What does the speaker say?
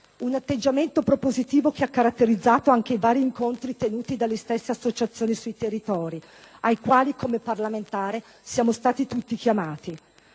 Un atteggiamento propositivo che ha caratterizzato anche i vari incontri tenuti dalle stesse associazioni sui territori ai quali, come parlamentari, siamo stati tutti chiamati.